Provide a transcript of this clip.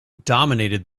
dominated